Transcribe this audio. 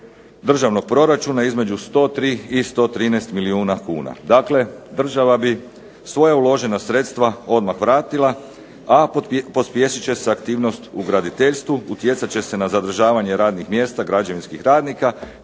državnog proračuna između 103 i 113 milijuna kuna. Dakle, država bi svoja uložena sredstva odmah vratila, a pospješit će se aktivnost u graditeljstvu, utjecat će se na zadržavanje radnih mjesta građevinskih radnika,